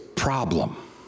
problem